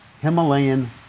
Himalayan